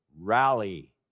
rally